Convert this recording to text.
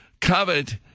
Covet